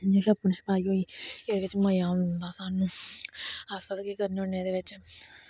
जियां शप्पन शपाई होई एह्दे बिच्च मज़ा औंदा स्हानू अस पता केह् करने होन्ने एह्दे बिच्च